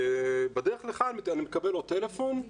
ובדרך לכאן אני מקבל עוד טלפון: